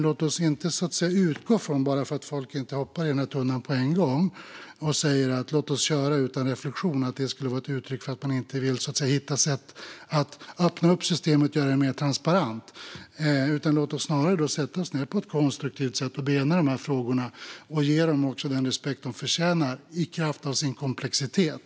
Bara för att människor inte hoppar i tunnan på en gång och säger att vi ska köra utan reflektion kan vi inte utgå från att det är ett uttryck för att de inte vill hitta sätt att öppna systemet och göra det mer transparent. Låt oss snarare sätta oss ned på ett konstruktivt sätt, bena ut frågorna och ge dem den respekt som de förtjänar i kraft av sin komplexitet.